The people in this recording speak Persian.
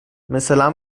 مثلا